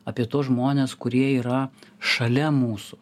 apie tuos žmones kurie yra šalia mūsų